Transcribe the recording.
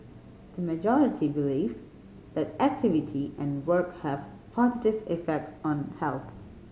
the majority believe that activity and work have positive effects on health